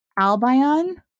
Albion